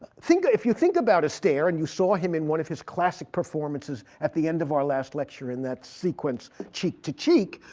if you think about astaire and you saw him in one of his classic performances at the end of our last lecture, in that sequence cheek to cheek,